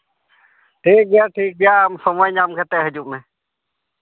ᱴᱷᱤᱠ ᱜᱮᱭᱟ ᱴᱷᱤᱠ ᱜᱮᱭᱟ ᱟᱢ ᱥᱚᱢᱚᱭ ᱧᱟᱢ ᱠᱟᱛᱮᱫ ᱦᱤᱡᱩᱜ ᱢᱮ